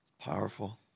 Powerful